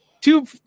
two